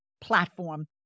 platform